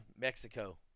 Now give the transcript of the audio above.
mexico